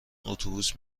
اتوبوسه